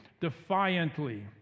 defiantly